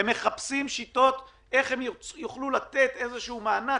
הם מחפשים שיטות איך הם יוכלו לתת איזשהו מענק,